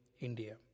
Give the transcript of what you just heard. India